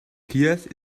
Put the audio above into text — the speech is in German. kiew